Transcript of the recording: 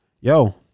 yo